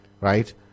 right